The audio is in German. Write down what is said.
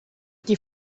die